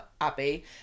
Abby